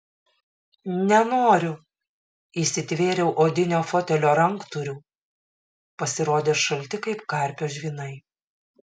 nenoriu įsitvėriau odinio fotelio ranktūrių pasirodė šalti kaip karpio žvynai